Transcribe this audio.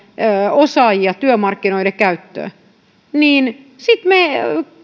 osaajia työmarkkinoiden käyttöön niin sitten me